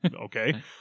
okay